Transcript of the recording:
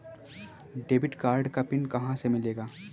Debit card का PIN कहां से मिलेगा?